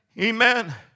Amen